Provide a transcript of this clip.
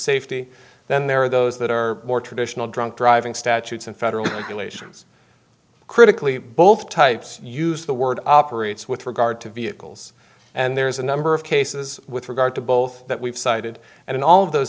safety then there are those that are more traditional drunk driving statutes and federal regulations critically both types use the word operates with regard to vehicles and there's a number of cases with regard to both that we've cited and in all of those